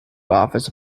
office